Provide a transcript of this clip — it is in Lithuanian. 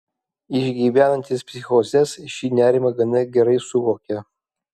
išgyvenantys psichozes šį nerimą gana gerai suvokia